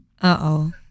Uh-oh